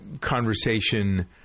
conversation